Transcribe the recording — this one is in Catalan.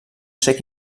cec